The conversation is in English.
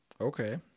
Okay